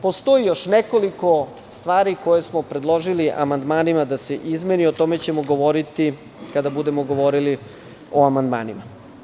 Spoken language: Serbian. Postoji još nekoliko stvari koje smo predložili amandmanima da se izmeni, o tome ćemo govoriti kada budemo govorili o amandmanima.